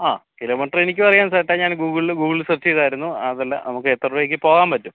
ആ കിലോമീറ്റർ എനിക്കും അറിയാം ചേട്ടാ ഞാൻ ഗൂഗിളിൽ ഗൂഗിൾ സെർച്ച് ചെയ്തായിരുന്നു അതല്ല നമുക്ക് എത്ര രൂപയ്ക്ക് പോകാൻ പറ്റും